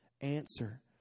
answer